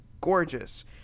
gorgeous